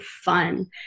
fun